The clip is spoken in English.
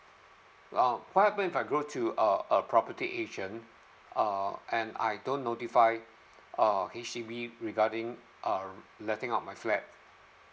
well what happen if I go to a a property agent uh and I don't notify uh H_D_B regarding uh renting out my flat